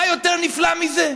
מה יותר נפלא מזה.